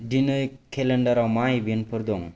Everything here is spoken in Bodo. दिनै केलेन्डाराव मा इभेन्टफोर दं